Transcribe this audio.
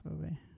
movie